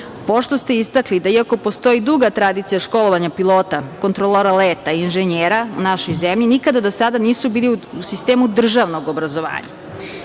ste istakli da iako postoji duga tradicija školovanja pilota, kontrolola leta i inženjera u našoj zemlji, nikada do sada nisu bili u sistemu državnog obrazovanja.